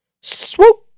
Swoop